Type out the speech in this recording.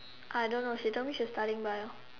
I don't know she told me she was studying Bio